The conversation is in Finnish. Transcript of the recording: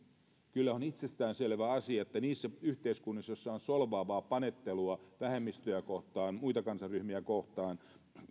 kyllä on itsestään selvä asia että niissä yhteiskunnissa joissa on solvaavaa panettelua vähemmistöä kohtaan muita kansanryhmiä kohtaan